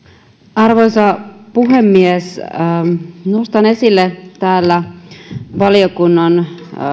arvoisa puhemies nostan esille täällä